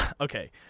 Okay